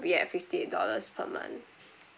be at fifty dollars per month